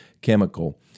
chemical